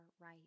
right